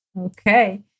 Okay